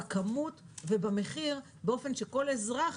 בכמות ובמחיר באופן שכל אזרח,